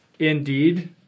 Indeed